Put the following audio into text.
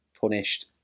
punished